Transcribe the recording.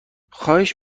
خواهش